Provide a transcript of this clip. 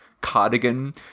cardigan